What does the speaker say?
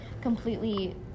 completely